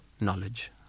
knowledge